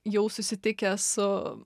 jau susitikęs su